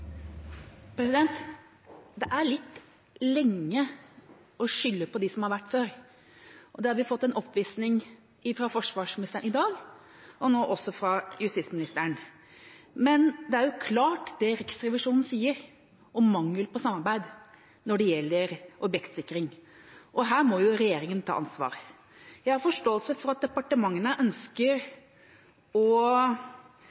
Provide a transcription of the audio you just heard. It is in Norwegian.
litt lenge å skylde på dem som har vært før. Det har vi fått en oppvisning i fra forsvarsministeren i dag, og nå også fra justis- og beredskapsministeren. Men det Riksrevisjonen sier om mangel på samarbeid når det gjelder objektsikring, er klart. Her må regjeringa ta ansvar. Jeg har forståelse for at departementene ønsker